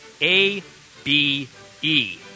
A-B-E